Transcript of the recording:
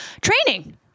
training